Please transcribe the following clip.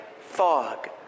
fog